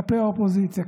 כלפי האופוזיציה?